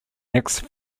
next